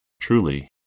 Truly